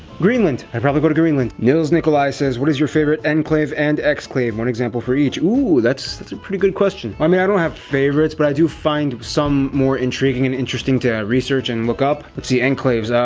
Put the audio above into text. greenland. i'd probably go to greenland. nils nicolai says, what is your favorite enclave and exclave? one example for each. ooh, that's that's a pretty good question. i mean, i don't have favorites, but i do find some more intriguing and interesting to research and look up. let's see, enclaves,